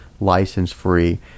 license-free